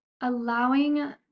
allowing